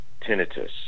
tinnitus